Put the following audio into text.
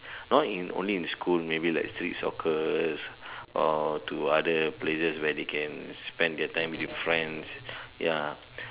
not in only in school but maybe like street soccers or to other places where they can spend their time with friends ya